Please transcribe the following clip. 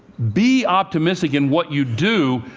be optimistic in what you do,